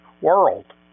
world